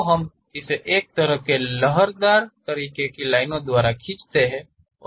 तो हम इसे एक तरह की लहरदार तरह की लाइन द्वारा दिखाते हैं